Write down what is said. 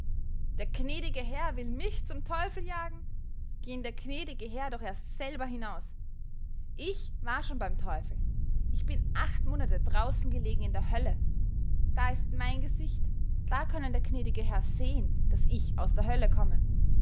der gnädige herr will mich zum teufel jagen gehen der gnädige herr doch erst selber hinaus ich war schon beim teufel ich bin acht monate draußen gelegen in der hölle da ist mein gesicht da können der gnädige herr sehen daß ich aus der hölle komme